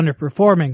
underperforming